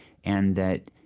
and that,